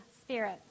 spirit